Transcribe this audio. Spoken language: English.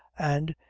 and,